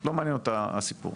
לא מעניין אותה הסיפור.